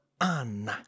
on